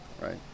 right